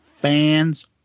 Fans